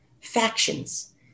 factions